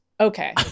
Okay